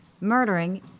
murdering